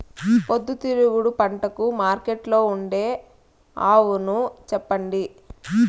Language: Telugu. పొద్దుతిరుగుడు పంటకు మార్కెట్లో ఉండే అవును చెప్పండి?